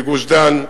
בגוש-דן,